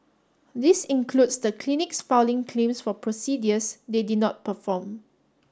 this includes the clinics filing claims for procedures they did not perform